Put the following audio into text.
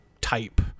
type